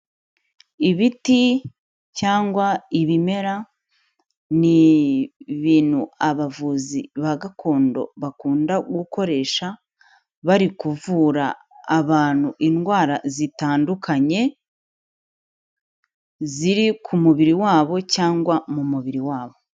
Ibiti cyangwa ibimera ni ibintu abavuzi ba gakondo bakunda gukoresha, bari kuvura abantu indwara zitandukanye, ziri ku mubiri wabo cyangwa mu mubiri wabo.